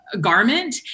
garment